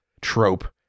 trope